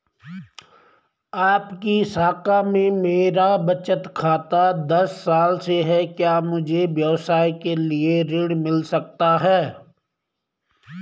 आपकी शाखा में मेरा बचत खाता दस साल से है क्या मुझे व्यवसाय के लिए ऋण मिल सकता है?